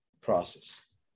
process